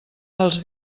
els